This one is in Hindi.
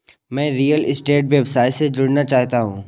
मैं रियल स्टेट व्यवसाय से जुड़ना चाहता हूँ